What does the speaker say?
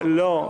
לא.